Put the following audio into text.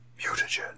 Mutagen